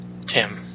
Tim